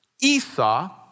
Esau